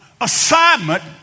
assignment